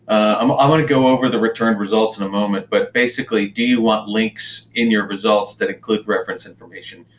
um i'm going to go over the returned results in a moment, but basically do you want links in your results that include reference information?